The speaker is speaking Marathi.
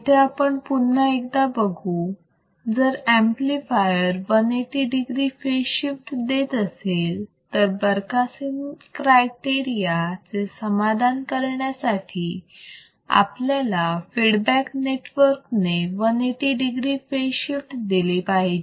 इथे आपण पुन्हा एकदा बघू जर ऍम्प्लिफायर 180 degree फेज शिफ्ट देत असेल तर बरखासेन क्रायटेरिया चे समाधान करण्यासाठी आपल्या फीडबॅक नेटवर्क ने 180 degree फेज शिफ्ट दिली पाहिजे